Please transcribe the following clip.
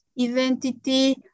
identity